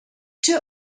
too